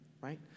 right